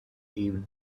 even